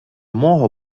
мого